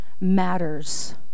matters